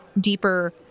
deeper